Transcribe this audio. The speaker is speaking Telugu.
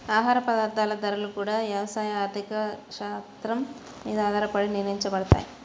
ఆహార పదార్థాల ధరలు గూడా యవసాయ ఆర్థిక శాత్రం మీద ఆధారపడే నిర్ణయించబడతయ్